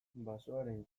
basoaren